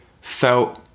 felt